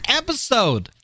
episode